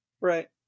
right